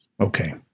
okay